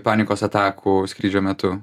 panikos atakų skrydžio metu